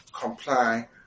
comply